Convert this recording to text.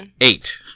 Eight